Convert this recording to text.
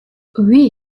oui